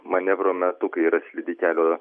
manevro metu kai yra slidi kelio